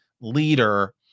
leader